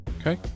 Okay